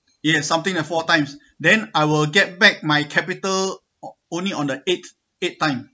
you had something at four times then I will get back my capital o~ only on the eighth eighth time